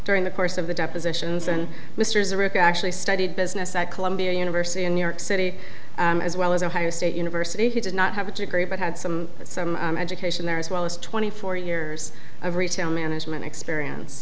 during the course of the depositions and mr zurich actually studied business at columbia university in new york city as well as ohio state university he did not have a degree but had some some education there as well as twenty four years of retail management experience